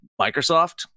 Microsoft